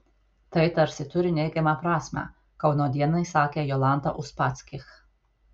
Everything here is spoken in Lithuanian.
tai tarsi turi neigiamą prasmę kauno dienai sakė jolanta uspaskich